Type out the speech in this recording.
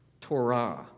Torah